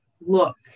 look